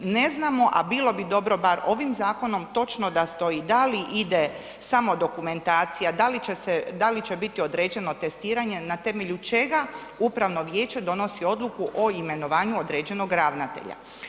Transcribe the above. Ne znamo a bilo bi dobro bar ovim zakonom točno da stoji da li ide samo dokumentacija, da li će biti određeno testiranje na temelju čega upravno vijeće donosi odluku o imenovanju određenog ravnatelja.